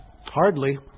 Hardly